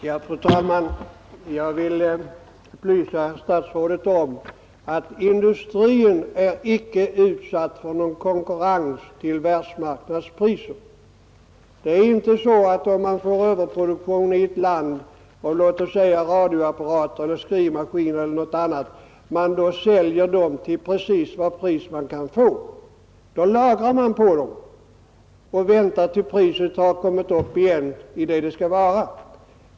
Fru talman! Jag vill upplysa herr statsrådet om att industrin är inte utsatt för någon konkurrens till världsmarknadspriser. Det är inte så att om man får överproduktion i ett land av låt oss säga radioapparater eller skrivmaskiner man då säljer dem till precis vad pris man kan få. Då lagrar man dem och väntar tills priset har kommit upp igen till vad det skall vara.